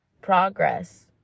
Progress